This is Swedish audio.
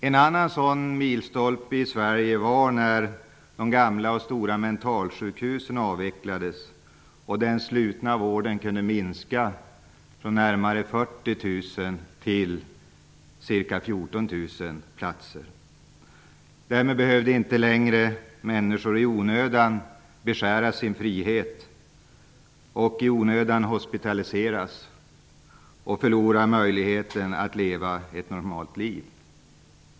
En annan sådan milstolpe i Sverige var när de gamla och stora mentalsjukhusen avvecklades, och omfattningen av den slutna vården kunde minskas från närmare 40 000 till ca 14 000 platser. Därmed behövde människor inte längre i onödan få sin frihet beskuren, i onödan hospitliseras och förlora möjligheten att leva ett normalt liv.